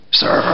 sir